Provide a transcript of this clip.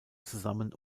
zusammen